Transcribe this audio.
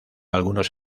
algunos